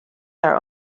are